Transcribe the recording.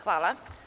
Hvala.